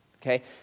okay